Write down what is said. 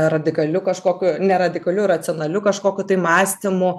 radikaliu kažkokiu ne radikaliu racionaliu kažkokiu tai mąstymu